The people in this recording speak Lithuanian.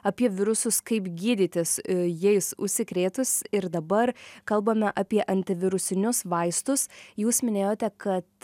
apie virusus kaip gydytis jais užsikrėtus ir dabar kalbame apie antivirusinius vaistus jūs minėjote kad